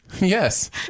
Yes